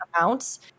amounts